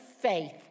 faith